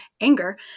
anger